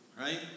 right